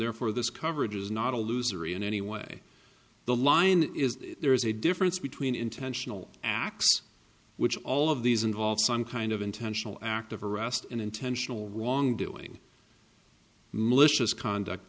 therefore this coverage is not a loser in any way the line is there is a difference between intentional acts which all of these involve some kind of intentional act of arrest and intentional wrongdoing malicious conduct